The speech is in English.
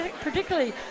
particularly